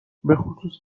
بخصوص